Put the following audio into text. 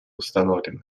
установлена